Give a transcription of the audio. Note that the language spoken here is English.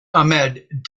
ahmed